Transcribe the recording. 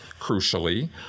crucially